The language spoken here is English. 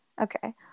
Okay